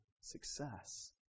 success